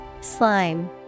Slime